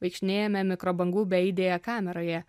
vaikštinėjame mikrobangų beaidėje kameroje